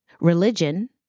religion